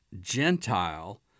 Gentile